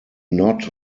not